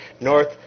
north